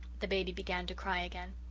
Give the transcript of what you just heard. the baby began to cry again.